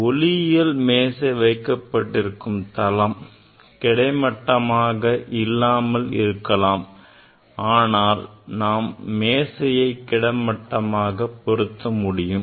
ஒளியியல் மேசை வைக்கப்பட்டிருக்கும் தளம் கிடைமட்டமாக இல்லாமல் இருக்கலாம் ஆனால் நாம் மேசையை கிடைமட்டமாக பொருத்த முடியும்